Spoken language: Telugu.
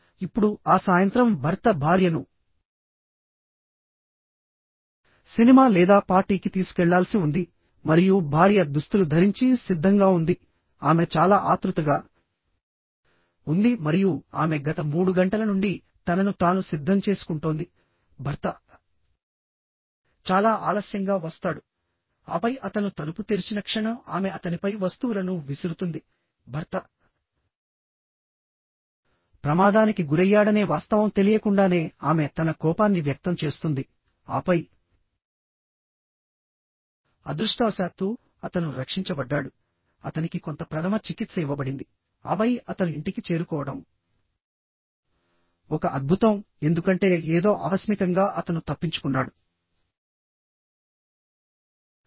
ఇప్పుడుఆ సాయంత్రం భర్త భార్యను సినిమా లేదా పార్టీకి తీసుకెళ్లాల్సి ఉంది మరియు భార్య దుస్తులు ధరించి సిద్ధంగా ఉందిఆమె చాలా ఆత్రుతగా ఉంది మరియు ఆమె గత మూడు గంటల నుండి తనను తాను సిద్ధం చేసుకుంటోంది భర్త చాలా ఆలస్యంగా వస్తాడుఆపై అతను తలుపు తెరిచిన క్షణం ఆమె అతనిపై వస్తువులను విసురుతుందిభర్త ప్రమాదానికి గురయ్యాడనే వాస్తవం తెలియకుండానే ఆమె తన కోపాన్ని వ్యక్తం చేస్తుందిఆపై అదృష్టవశాత్తూ అతను రక్షించబడ్డాడు అతనికి కొంత ప్రథమ చికిత్స ఇవ్వబడిందిఆపై అతను ఇంటికి చేరుకోవడం ఒక అద్భుతం ఎందుకంటే ఏదో ఆకస్మికంగా అతను తప్పించుకున్నాడు